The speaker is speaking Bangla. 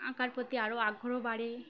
আঁকার প্রতি আরও আগ্রহ বাড়ে